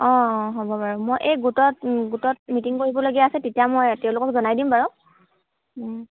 অঁ অ হ'ব বাৰু মই এই গোটত গোটত মিটিং কৰিবলগীয়া আছে তেতিয়া মই তেওঁলোকক জনাই দিম বাৰু